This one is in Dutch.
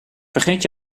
vergeet